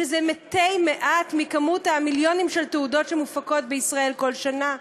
שזה מעט מאוד ממיליוני התעודות שמופקות בישראל כל שנה,